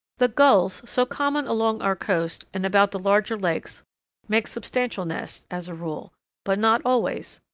the gulls so common along our coast and about the larger lakes make substantial nests, as a rule but not always.